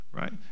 Right